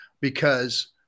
Because-